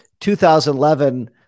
2011